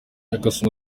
yakase